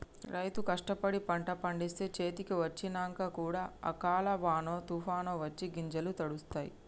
రైతు కష్టపడి పంట పండిస్తే చేతికి వచ్చినంక కూడా అకాల వానో తుఫానొ వచ్చి గింజలు తడుస్తాయ్